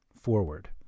forward